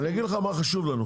אני אגיד לך מה חשוב לנו,